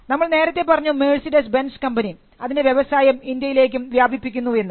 നമ്മൾ നേരത്തെ പറഞ്ഞു മെഴ്സിഡസ് ബെൻസ് കമ്പനി അതിൻറെ വ്യവസായം ഇന്ത്യയിലേക്കും വ്യാപിപ്പിക്കുന്നു എന്ന്